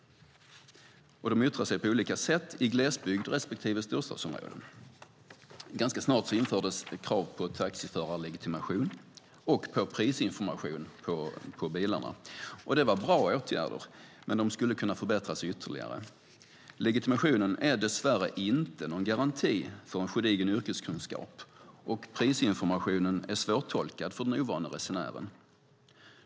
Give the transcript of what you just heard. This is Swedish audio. De yttrade sig på olika sätt i glesbygd respektive storstadsområden. Ganska snart infördes krav på taxiförarlegitimation och på prisinformation på bilarna. Detta är bra åtgärder, men de skulle kunna förbättras ytterligare. Legitimationen är dess värre inte någon garanti för en gedigen yrkeskunskap, och prisinformationen är svårtolkad för den ovane resenären.